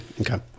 Okay